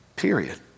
Period